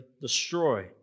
destroy